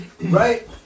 Right